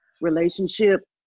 relationship